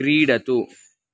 क्रीडतु